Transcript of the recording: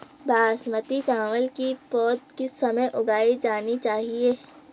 बासमती चावल की पौध किस समय उगाई जानी चाहिये?